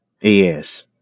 Yes